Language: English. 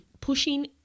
pushing